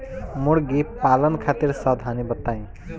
मुर्गी पालन खातिर सावधानी बताई?